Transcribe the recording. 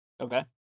Okay